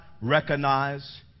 recognize